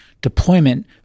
deployment